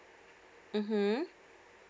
mm hmm